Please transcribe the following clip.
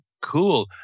cool